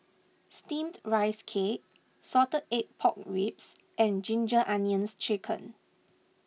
Steamed Rice Cake Salted Egg Pork Ribs and Ginger Onions Chicken